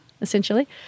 essentially